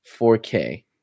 4K